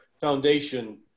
foundation